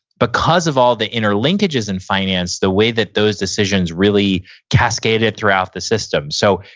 because of all the interlinkages in finance, the way that those decisions really cascaded throughout the system. so,